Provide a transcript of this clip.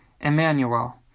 Emmanuel